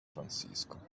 francisco